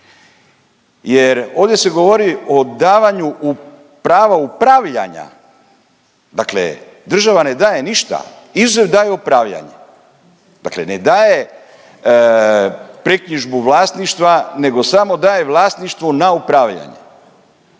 jer ovdje se govori o davanju prava upravljanja, dakle država ne daje ništa izuzev daje upravljanje. Dakle, ne daje preknjižbu vlasništva nego samo daje vlasništvo na upravljanje